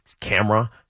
camera